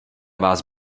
vás